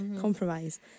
compromise